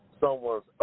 someone's